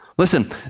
Listen